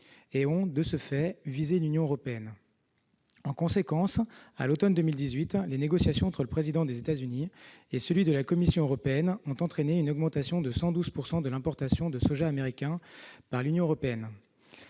Ils ont, de ce fait, visé l'Union européenne. En conséquence, à l'automne 2018, les négociations entre le président des États-Unis et celui de la Commission européenne ont entraîné une augmentation de 112 % de l'importation de soja américain par l'Union européenne.